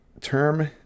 term